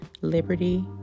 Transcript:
Liberty